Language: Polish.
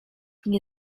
nie